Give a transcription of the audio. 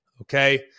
okay